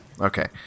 Okay